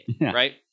right